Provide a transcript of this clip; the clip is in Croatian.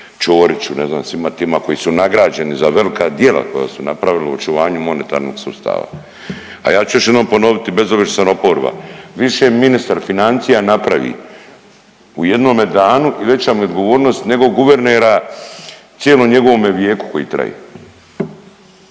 Ćoriću, ne znam, svima tima koji su nagrađeni za velika djela koja su napravili u očuvanju monetarnog sustava, a ja ću još jednom ponoviti bez obzira što sam oporba. Više ministar financija napravi u jednome danu i veća mu je odgovornost nego guvernera cijelom njegovome vijeku koji traje.